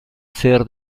ser